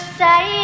say